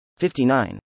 59